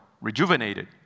rejuvenated